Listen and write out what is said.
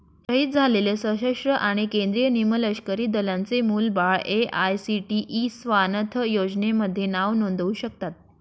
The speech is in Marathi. शहीद झालेले सशस्त्र आणि केंद्रीय निमलष्करी दलांचे मुलं बाळं ए.आय.सी.टी.ई स्वानथ योजनेमध्ये नाव नोंदवू शकतात